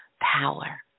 power